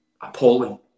Appalling